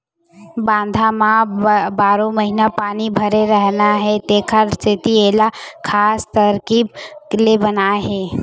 बांधा म बारो महिना पानी भरे रहना हे तेखर सेती एला खास तरकीब ले बनाए जाथे